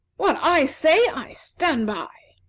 what i say, i stand by.